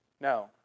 No